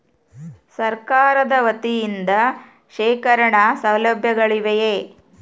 ಸರಕಾರದ ವತಿಯಿಂದ ಶೇಖರಣ ಸೌಲಭ್ಯಗಳಿವೆಯೇ?